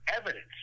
evidence